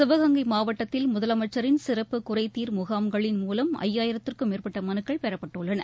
சிவகங்கை மாவட்டத்தில் முதலமைச்சரின் சிறப்பு குறை தீர் முகாம்களின் மூலம் ஐயாயிரத்திற்கும் மேற்பட்ட மனுக்கள் பெறப்பட்டுள்ளன